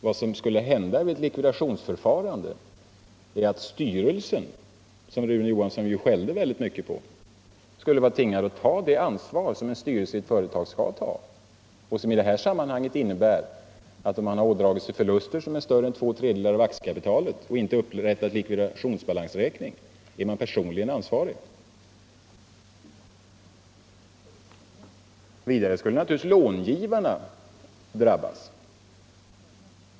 Vad som skulle hända vid ett likvidationsförfarande är att styrelsen, som Rune Johansson skällde väldigt mycket på, skulle vara tvingad att ta det ansvar som en styrelse i ett företag skall ta och som i detta sammanhang innebär att om man har ådragit sig förluster som är större än två tredjedelar av aktiekapitalet och inte upprättat likvidationsbalansräkning, är man personligen ansvarig. Vidare skulle naturligtvis långivarna drabbas.